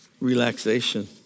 relaxation